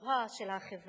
הגבוהה של החברה